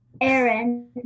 Aaron